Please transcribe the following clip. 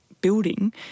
building